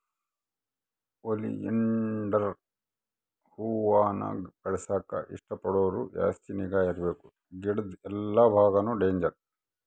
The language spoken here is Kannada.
ಓಲಿಯಾಂಡರ್ ಹೂವಾನ ಬೆಳೆಸಾಕ ಇಷ್ಟ ಪಡೋರು ಜಾಸ್ತಿ ನಿಗಾ ಇರ್ಬಕು ಗಿಡುದ್ ಎಲ್ಲಾ ಬಾಗಾನು ಡೇಂಜರ್